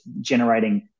generating